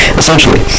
essentially